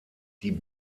die